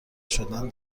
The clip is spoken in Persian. شدن